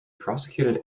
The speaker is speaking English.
prosecuted